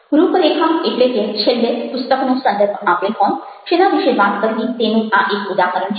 રૂપરેખા એટલે કે છેલ્લે પુસ્તકનો સંદર્ભ આપેલ હોય શેના વિશે વાત કરવી તેનું આ એક ઉદાહરણ છે